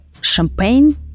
Champagne